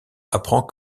apprend